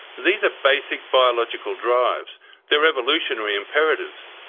these are basic biological drives they're evolutionary imperatives.